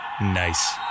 Nice